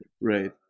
Right